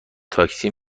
تاکسی